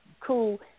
cool